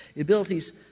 abilities